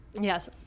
Yes